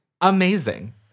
Amazing